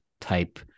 type